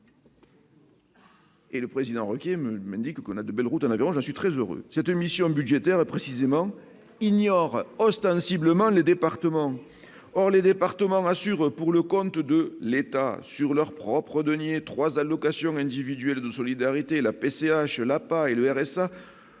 Et le président requis me dit qu'on a de belles routes, je suis très heureuse cette émission budgétaire précisément ignore ostensiblement le département, or les départements rassure pour le compte de l'État sur leurs propres deniers 3 allocations individuelles de solidarité la PCH a pas et le RSA